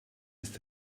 ist